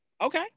okay